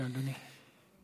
בבקשה, אדוני.